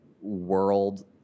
world